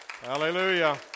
Hallelujah